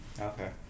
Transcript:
Okay